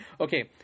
Okay